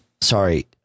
Sorry